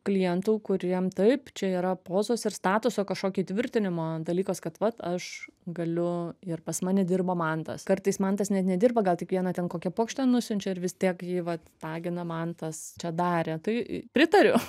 klientų kuriem taip čia yra pozos ir statuso kažkokio įtvirtinimo dalykas kad vat aš galiu ir pas mane dirbo mantas kartais mantas net nedirba gal tik vieną ten kokią puokštę nusiunčia ir vis tiek jį vat tagina mantas čia darė tai pritariu